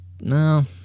no